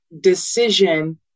decision